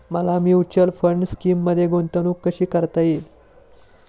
मला mutual fund स्कीममध्ये गुंतवणूक कशी सुरू करता येईल?